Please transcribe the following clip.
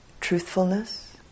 truthfulness